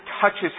touches